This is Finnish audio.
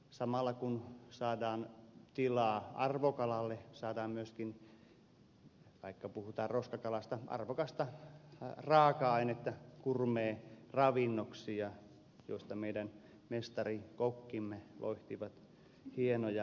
samalla kun saadaan tilaa arvokalalle saadaan myöskin vaikka puhutaan roskakalasta arvokasta raaka ainetta gourmet ravinnoksi josta meidän mestarikokkimme loihtivat hienoja herkkuja